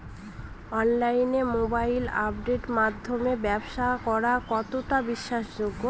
অনলাইনে মোবাইল আপের মাধ্যমে ব্যাবসা করা কতটা বিশ্বাসযোগ্য?